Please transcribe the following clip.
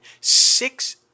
six